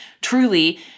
truly